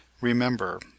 Remember